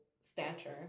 stature